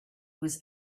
was